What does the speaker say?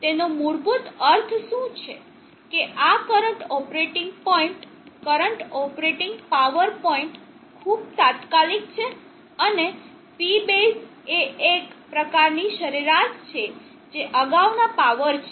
તેનો મૂળભૂત અર્થ શું છે કે આ current operating point current operating power point ખૂબ તાત્કાલિક છે અને P બેઝ એ એક પ્રકારની સરેરાશ છે જે અગાઉના પાવર છે